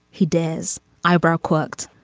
he dares eyebrow cooked.